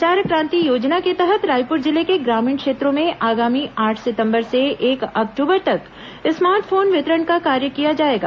संचार क्रांति योजना के तहत रायपुर जिले के ग्रामीण क्षेत्रों में आगामी आठ सिंतबर से एक अक्टूबर तक स्मार्ट फोन वितरण का कार्य किया जाएगा